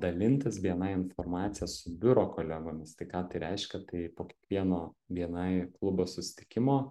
dalintis bni informacija su biuro kolegomis tai ką tai reiškia tai po kiekvieno bni klubo susitikimo